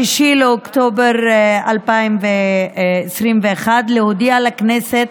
6 באוקטובר 2021, להודיע לכנסת